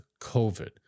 COVID